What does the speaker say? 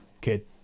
kid